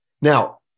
Now